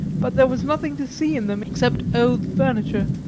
but there was nothing to see in them except old furniture,